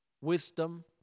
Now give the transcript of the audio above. wisdom